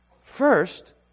First